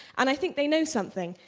and i think they know something.